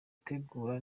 gutegura